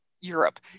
europe